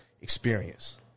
experience